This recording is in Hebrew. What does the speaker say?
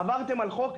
עברתם על החוק,